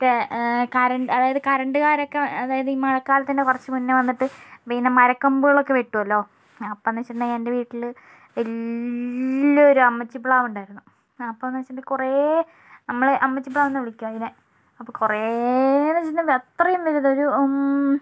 ഇപ്പോൾ കരണ്ട് അതായത് കരണ്ടുകാരൊക്കെ അതായത് ഈ മഴക്കാലത്തിൻ്റെ കുറച്ചു മുൻപേ വന്നിട്ട് പിന്നെ മരക്കൊമ്പുകൾ ഒക്കെ വെട്ടുമല്ലോ അപ്പം എന്താണെന്ന് വെച്ചിട്ടുണ്ടെങ്കിൽ എൻ്റെ വീട്ടിൽ വല്ലിയൊരു അമ്മച്ചി പ്ലാവ് ഉണ്ടായിരുന്നു അപ്പം എന്താണെന്ന് വെച്ചിട്ടുണ്ടെങ്കിൽ കുറേ നമ്മൾ അമ്മച്ചി പ്ലാവ് എന്നാണ് വിളിക്കുക അതിന് അപ്പോൾ കുറേയെന്ന് വെച്ചിട്ടുണ്ടെങ്കിൽ അത്രയും വലിയ ഒരു